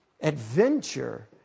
Adventure